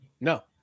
No